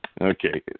Okay